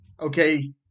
okay